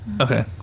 Okay